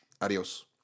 adios